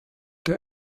der